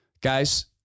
Guys